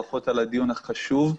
ברכות על הדיון החשוב.